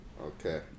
Okay